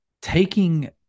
taking